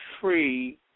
free